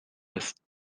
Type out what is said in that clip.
است